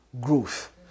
growth